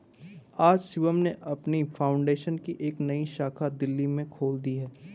आज शिवम ने अपनी फाउंडेशन की एक नई शाखा दिल्ली में खोल दी है